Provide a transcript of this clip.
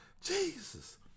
Jesus